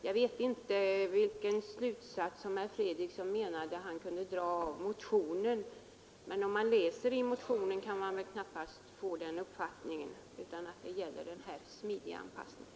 Jag vet inte vilka slutsatser herr Fredriksson menade att man kunde dra av motionen, men om man läser den, kan man väl knappast få annan uppfattning än att det gäller den här smidiga anpassningen.